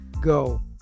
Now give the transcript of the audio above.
go